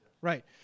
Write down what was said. Right